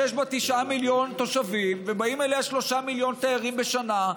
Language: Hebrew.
שיש בה 9 מיליון תושבים ובאים אליה 3 מיליון תיירים בשנה,